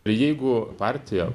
jeigu partija